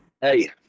Hey